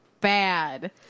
bad